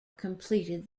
completed